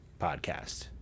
podcast